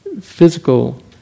Physical